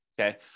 okay